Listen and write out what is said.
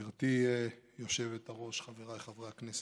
גברתי היושבת-ראש, חבריי חברי הכנסת,